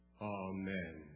Amen